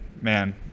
man